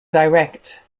direct